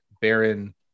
baron